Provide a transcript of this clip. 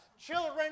Children